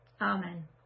Amen